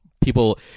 people